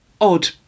odd